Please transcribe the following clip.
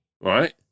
right